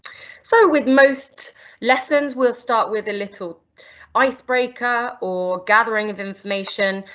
so with most lessons we'll start with a little icebreaker, or gathering of information,